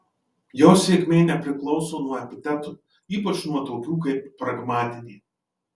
jos sėkmė nepriklauso nuo epitetų ypač nuo tokių kaip pragmatinė